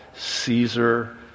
Caesar